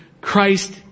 Christ